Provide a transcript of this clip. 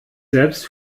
selbst